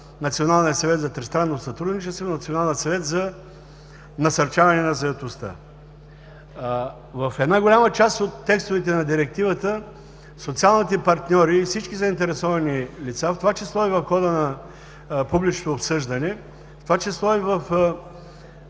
Националния съвет за тристранно сътрудничество и Националния съвет за насърчаване на заетостта. В една голяма част от текстовете на Директивата социалните партньори и всички заинтересовани лица, в това число и в хода на публичното обсъждане, в това число и в